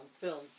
film